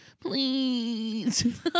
please